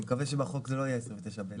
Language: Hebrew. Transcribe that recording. אני מקווה שבחוק זה לא יהיה 29(ב).